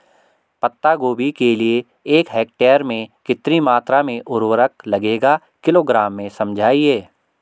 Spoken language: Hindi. पत्ता गोभी के लिए एक हेक्टेयर में कितनी मात्रा में उर्वरक लगेगा किलोग्राम में समझाइए?